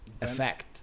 Effect